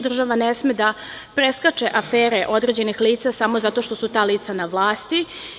Država ne sme da preskače afere određenih lica, samo zato što su ta lica na vlasti.